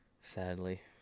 Sadly